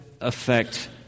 affect